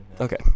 Okay